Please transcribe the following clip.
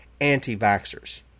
anti-vaxxers